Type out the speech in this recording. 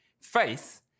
faith